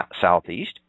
southeast